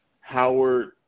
howard